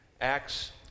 Acts